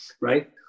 right